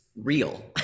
real